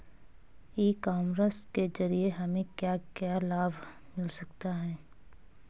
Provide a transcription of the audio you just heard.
ई commerce के ज़रिए हमें क्या क्या लाभ मिल सकता है?